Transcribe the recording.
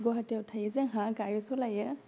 गुहाटीयाव थायो जोंहा गारि सलायो